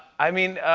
i mean